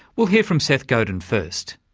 we'll hear from seth godin first.